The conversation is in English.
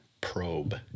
probe